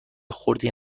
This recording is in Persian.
خردی